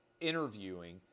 interviewing